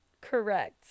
correct